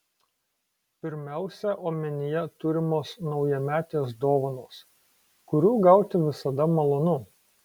pirmiausia omenyje turimos naujametės dovanos kurių gauti visada malonu